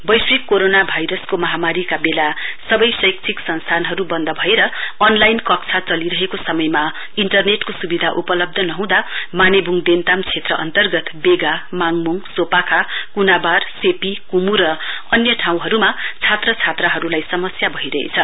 वैश्विक कोरोना भाइरसको महामारीका बेला सवै शैक्षिक संस्थानहरु बन्द भएर अनलाइन कक्षा चलिरहेको समयमा इन्टरनेटको सुविधा उपलव्ध नहँदा मानेवुङ देन्ताम क्षेत्र अन्तर्गत बेगा माङमुङसोपाखा कुनाबारसेपी कुमा र अन्य ठाँउहरुमा छात्र छात्राहरुलाई समस्या भइरहेछ